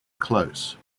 close